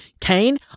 Kane